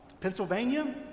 pennsylvania